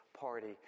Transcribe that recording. party